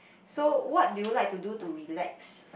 so what do you like to do to relax